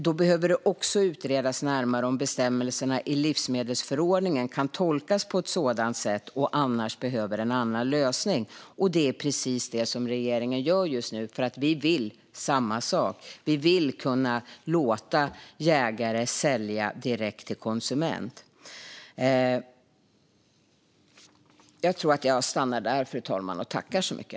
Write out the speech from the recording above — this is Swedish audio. Då behöver det utredas närmare om bestämmelserna i livsmedelsförordningen kan tolkas på ett sådant sätt eller om det behövs en annan lösning. Det är precis det som regeringen gör just nu, för vi vill samma sak. Vi vill kunna låta jägare sälja direkt till konsument.